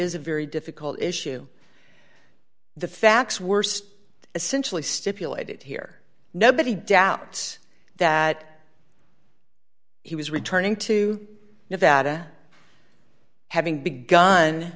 is a very difficult issue the facts worst essentially stipulated here nobody doubts that he was returning to nevada having be